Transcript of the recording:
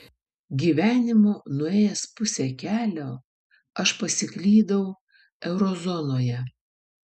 gyvenimo nuėjęs pusę kelio aš pasiklydau eurozonoje